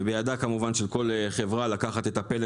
ובידה כמובן של כל חברה לקחת את הפלט